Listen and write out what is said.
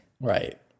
Right